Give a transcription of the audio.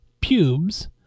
pubes